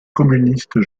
communistes